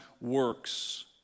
works